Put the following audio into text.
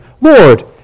Lord